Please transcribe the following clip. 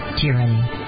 tyranny